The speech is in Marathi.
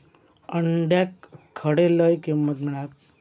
अंड्याक खडे लय किंमत मिळात?